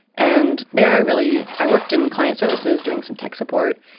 and there i really. i worked in client services doing some tech support.